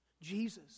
Jesus